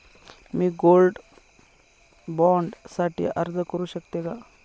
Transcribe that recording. मी gold bond साठी अर्ज करु शकते का?